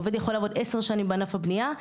עובד יכול לעבוד עשר שנים בענף הבניה,